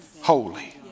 Holy